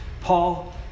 Paul